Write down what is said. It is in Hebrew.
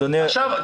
אחרות.